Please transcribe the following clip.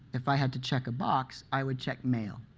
if i had to check a box, i would check male.